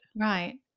right